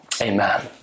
amen